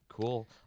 cool